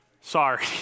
sorry